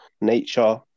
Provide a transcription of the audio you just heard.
nature